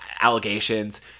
allegations